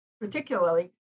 particularly